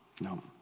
No